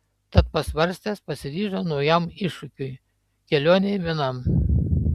tad pasvarstęs pasiryžo naujam iššūkiui kelionei vienam